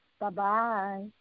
Bye-bye